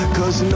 Cause